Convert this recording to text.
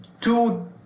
two